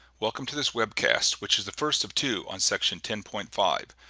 welcome to this webcast which is the first of two on section ten point five.